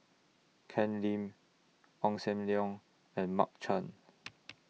Ken Lim Ong SAM Leong and Mark Chan